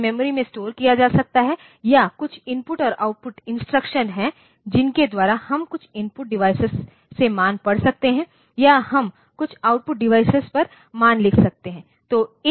इसे मेमोरी में स्टोर किया जा सकता है या कुछ इनपुट और आउटपुट इंस्ट्रक्शंस हैं जिनके द्वारा हम कुछ इनपुट डिवाइस से मान पढ़ सकते हैं या हम कुछ आउटपुट डिवाइस पर मान लिख सकते हैं